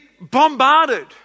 bombarded